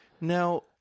Now